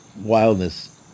wildness